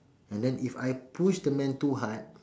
and then if I push the man too hard